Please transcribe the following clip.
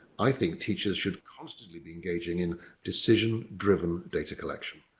i think teachers should constantly be engaging in decision driven data collection.